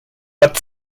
but